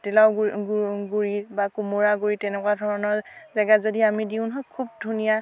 জাতিলাউৰ গুৰিত বা কোমোৰাৰ গুৰিত তেনেকুৱা ধৰণৰ জেগাত যদি আমি দিওঁ নহয় খুব ধুনীয়া